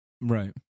Right